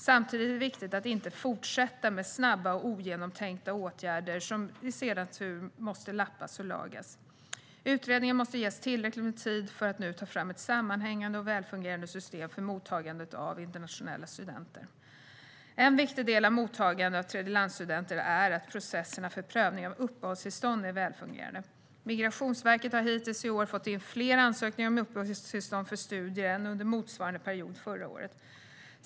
Samtidigt är det viktigt att inte fortsätta med snabba och ogenomtänkta åtgärder, som sedan i sin tur måste lappas och lagas. Utredningen måste ges tillräcklig tid för att nu ta fram ett sammanhängande och välfungerande system för mottagandet av internationella studenter. En viktig del av mottagandet av tredjelandsstudenter är att processerna för prövning av uppehållstillstånd är välfungerande. Migrationsverket har hittills i år fått in fler ansökningar om uppehållstillstånd för studier än under motsvarande period förra året.